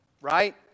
right